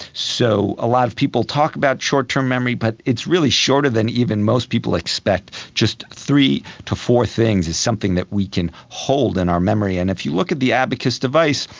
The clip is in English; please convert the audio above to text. so a lot of people talk about short term memory but it's really shorter than even most people expect, just three to four things is something that we can hold in our memory. and if you look at the abacus device,